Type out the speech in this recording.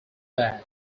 bad